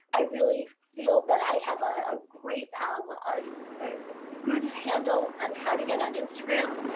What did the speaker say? i really feel that i have a great um um and good handle on how to get on instagram.